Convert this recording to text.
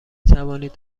توانید